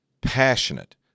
passionate